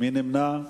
מי נמנע?